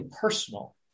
personal